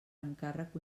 encàrrec